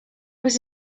was